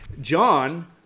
John